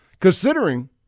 Considering